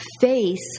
face